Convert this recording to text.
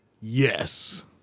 Yes